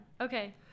okay